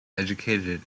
educated